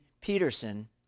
Peterson